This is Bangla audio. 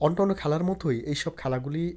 অন্যান্য খেলার মতোই এইসব খেলাগুলি